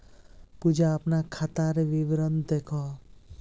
पूजा अपना खातार विवरण दखोह